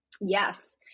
Yes